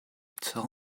tell